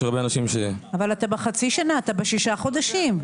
אבל אתה בחצי שנה, אתה בשישה חודשים.